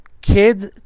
kids